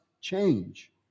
change